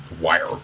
wire